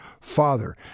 father